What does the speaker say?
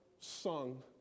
sung